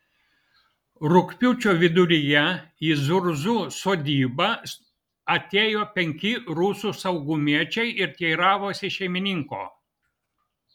rugpjūčio viduryje į zurzų sodybą atėjo penki rusų saugumiečiai ir teiravosi šeimininko